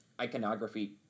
iconography